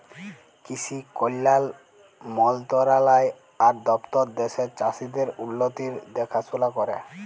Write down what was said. কিসি কল্যাল মলতরালায় আর দপ্তর দ্যাশের চাষীদের উল্লতির দেখাশোলা ক্যরে